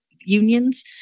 unions